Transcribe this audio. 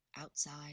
outside